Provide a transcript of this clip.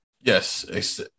Yes